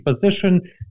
position